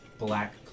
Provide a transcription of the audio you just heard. Black